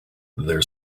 their